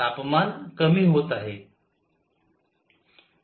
तापमान कमी होत आहे